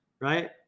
right